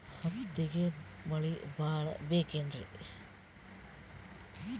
ಹತ್ತಿಗೆ ಮಳಿ ಭಾಳ ಬೇಕೆನ್ರ?